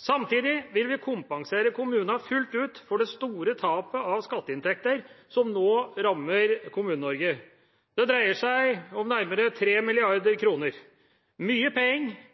Samtidig vil vi kompensere kommunene fullt ut for det store tapet av skatteinntekter som nå rammer Kommune-Norge. Det dreier seg om nærmere 3 mrd. kr. Mye penger